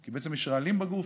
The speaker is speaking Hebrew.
כי בעצם יש רעלים בגוף,